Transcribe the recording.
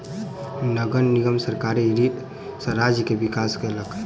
नगर निगम सरकारी ऋण सॅ राज्य के विकास केलक